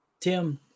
Tim